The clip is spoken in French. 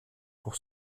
pour